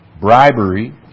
bribery